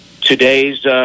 today's